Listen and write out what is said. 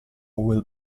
will